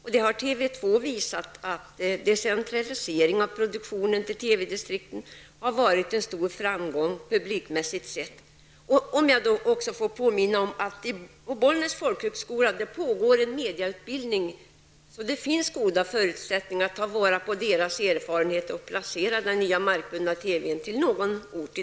TV 2 har visat att decentralisering av produktionen till TV distrikten publikmässigt sett har varit en stor framgång. I Bollnäs folkhögskola pågår en medieutbildning, och det finns goda förutsättningar att ta vara på erfarenheten därifrån och placera den nya markbundna TV-stationen på någon ort i